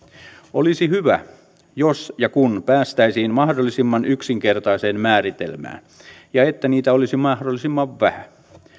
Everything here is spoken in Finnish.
olisi hyvä jos ja kun päästäisiin mahdollisimman yksinkertaiseen määritelmään ja että niitä olisi mahdollisimman vähän